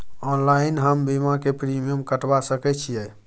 Online हम बीमा के प्रीमियम कटवा सके छिए?